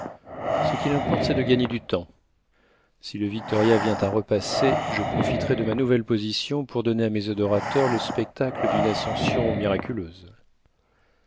ce qu'il importe c'est de gagner du temps si le victoria vient à repasser je profiterai de ma nouvelle position pour donner à mes adorateurs le spectacle d'une ascension miraculeuse